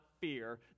fear